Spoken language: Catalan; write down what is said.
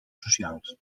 socials